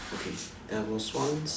okay there was once